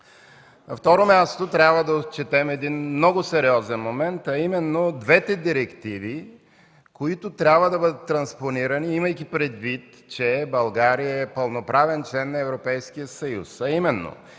На второ място, трябва да отчетем един много сериозен момент, а именно двете директиви, които трябва да бъдат транспонирани, имайки предвид, че България е пълноправен член на Европейския съюз